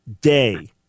day